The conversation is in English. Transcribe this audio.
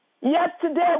yesterday